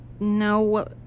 No